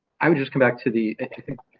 i would just come back to the, i think,